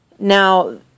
Now